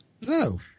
No